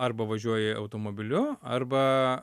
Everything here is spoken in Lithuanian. arba važiuoji automobiliu arba